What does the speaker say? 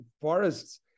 forests